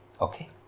Okay